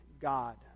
God